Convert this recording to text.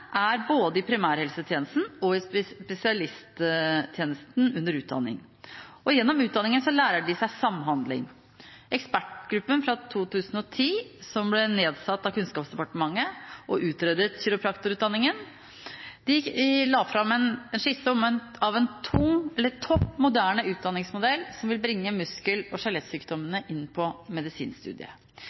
er både i primærhelsetjenesten og spesialisttjenesten under utdanningen. Gjennom utdanningen lærer seg de seg samhandling. Ekspertgruppen fra 2010, som ble nedsatt av Kunnskapsdepartementet og utredet kiropraktorutdanningen, la fram en skisse over en topp moderne utdanningsmodell som vil bringe muskel- og skjelettsykdommene inn på medisinstudiet.